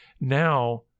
now